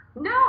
No